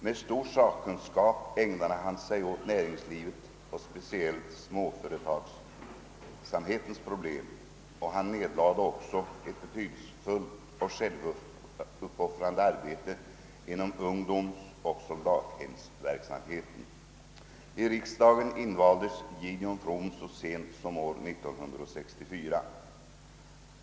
Med stor sakkunskap ägnade han sig åt näringslivets och speciellt småföretagsamhetens problem, och han nedlade också ett betydelsefullt och självuppoffrande arbete inom ungdomsoch soldathemsverksamheten. I riksdagen invaldes Gideon From så sent som år 1964.